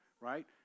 right